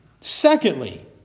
Secondly